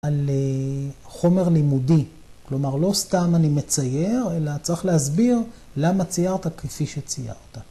‫על חומר לימודי, ‫כלומר, לא סתם אני מצייר, ‫אלא צריך להסביר ‫למה ציירת כפי שציירת.